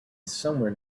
somewhere